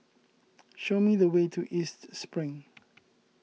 show me the way to East Spring